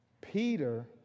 peter